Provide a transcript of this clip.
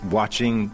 watching